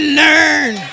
learn